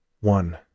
One